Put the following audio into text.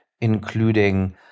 including